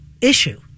issue